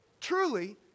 truly